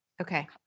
Okay